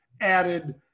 added